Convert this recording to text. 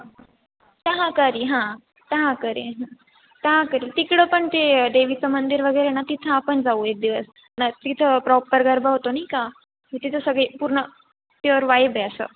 तहाकारी हां तहाकरी हां तहाकरी तिकडं पण ते देवीचं मंदिर वगैरे ना तिथं आपण जाऊ एक दिवस ना तिथं प्रॉपर गरबा होतो नाही का तिथं सगळे पूर्ण प्युअर वाईब आहे असं